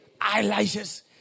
eyelashes